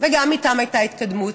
וגם איתם הייתה התקדמות.